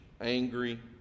angry